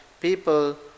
people